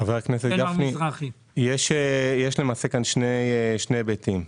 חבר הכנסת גפני, יש כאן למעשה שני היבטים.